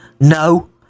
no